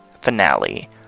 finale